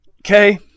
Okay